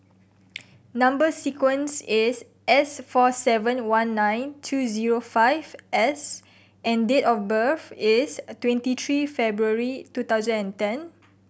number sequence is S four seven one nine two zero five S and date of birth is twenty three February two thousand and ten